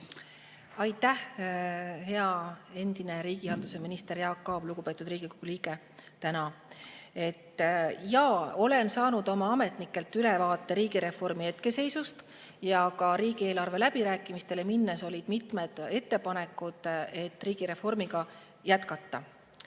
Aitäh, hea endine riigihalduse minister Jaak Aab, lugupeetud Riigikogu liige! Jaa, olen saanud oma ametnikelt ülevaate riigireformi hetkeseisust ja ka riigieelarve läbirääkimistele minnes oli mitmeid ettepanekuid, et riigireformi jätkata.